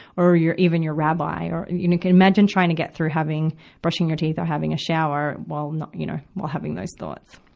or or your, even your rabbi. or you can imagine trying to get through having brushing your teeth or having a shower while not, you know, while having those thoughts.